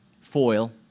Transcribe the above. foil